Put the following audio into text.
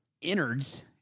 innards